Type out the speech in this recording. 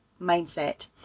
mindset